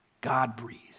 God-breathed